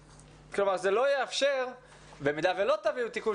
זה לא יאפשר לנו במידה ולא תביאו תיקון